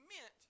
meant